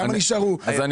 כמה נשארו?